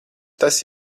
tas